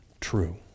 true